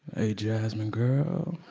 hey, jasmine, girl,